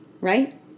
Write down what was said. Right